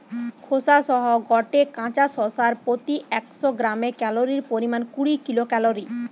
খোসা সহ গটে কাঁচা শশার প্রতি একশ গ্রামে ক্যালরীর পরিমাণ কুড়ি কিলো ক্যালরী